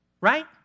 right